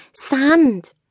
Sand